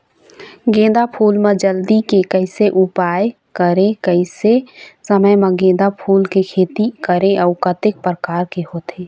गेंदा फूल मा जल्दी के कैसे उपाय करें कैसे समय मा गेंदा फूल के खेती करें अउ कतेक प्रकार होथे?